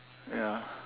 ya